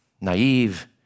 naive